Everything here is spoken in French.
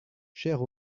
cher